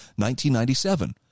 1997